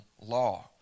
law